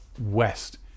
west